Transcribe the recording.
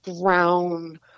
brown